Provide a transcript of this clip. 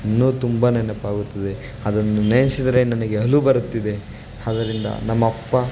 ಇನ್ನೂ ತುಂಬ ನೆನಪಾಗುತ್ತದೆ ಅದನ್ನು ನೆನೆಸಿದ್ರೆ ನನಗೆ ಅಳು ಬರುತ್ತಿದೆ ಅದರಿಂದ ನಮ್ಮ ಅಪ್ಪ